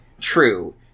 true